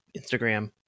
Instagram